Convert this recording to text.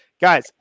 Guys